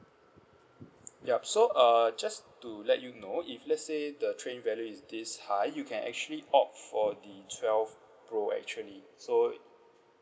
yup so uh just to let you know if let's say the trade in value is this high you can actually opt for the twelve pro actually so